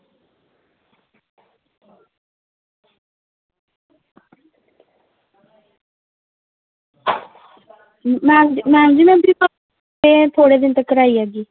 ma'am ji ma'am ji में थोह्डे़ दिन तकर आई जागी